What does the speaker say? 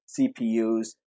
CPUs